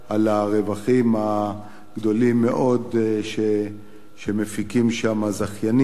על הרווחים הגדולים מאוד שמפיקים שם הזכיינים,